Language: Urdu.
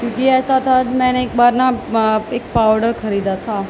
کیونکہ ایسا تھا میں نے ایک بار نا ایک پاؤڈر خریدا تھا